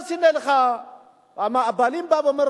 הבעלים אומר,